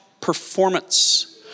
performance